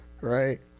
Right